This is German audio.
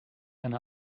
eine